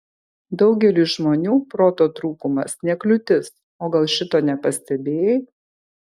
daugeliui žmonių proto trūkumas ne kliūtis o gal šito nepastebėjai